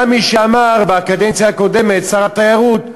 היה מי שאמר בקדנציה הקודמת, שר התיירות אמר: